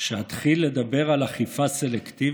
שאתחיל לדבר על אכיפה סלקטיבית?